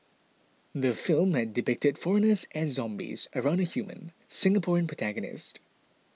the film had depicted foreigners as zombies around a human Singaporean protagonist